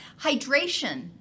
Hydration